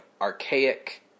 archaic